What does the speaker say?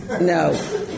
No